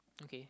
okay